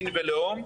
מין ולאום.